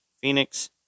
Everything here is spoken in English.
phoenix